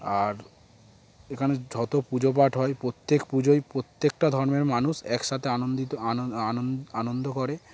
আর এখানে যত পুজো পাাঠ হয় প্রত্যেক পুজোই প্রত্যেকটা ধর্মের মানুষ একসাথে আনন্দিত আন আন আনন্দ করে